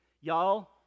y'all